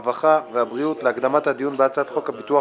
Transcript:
הרווחה והבריאות להקדמת הדיון בהצעת חוק הביטוח